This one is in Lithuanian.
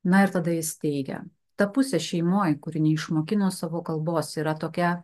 na ir tada jis teigia ta pusė šeimoj kuri neišmokino savo kalbos yra tokia